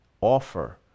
offer